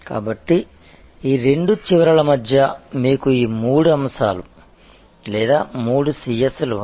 కాబట్టి ఈ రెండు చివరల మధ్య మీకు ఈ మూడు అంశాలు లేదా మూడు C'S ఉన్నాయి